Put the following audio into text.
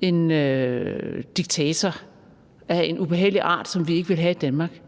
en diktator af en ubehagelig art, som vi ikke vil have i Danmark,